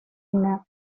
para